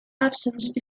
absence